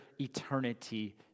eternity